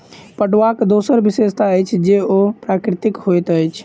पटुआक दोसर विशेषता अछि जे ओ प्राकृतिक होइत अछि